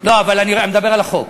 אבל אני מדבר על החוק.